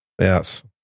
Yes